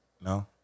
no